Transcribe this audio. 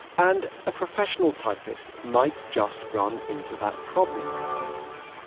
and a professional typist might just run into that problem